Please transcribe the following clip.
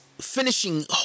finishing